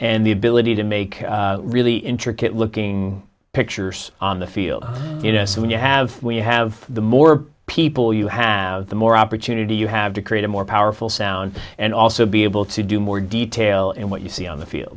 and the ability to make really intricate looking pictures on the field you know when you have we have the more people you have the more opportunity you have to create a more powerful sound and also be able to do more detail and what you see on the